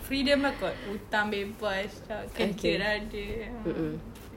freedom lah kot hutang bebas ra~ kereta sudah ada a'ah